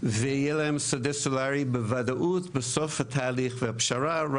ושדה סולארי, בוודאות, בסוף תהליך הפשרה.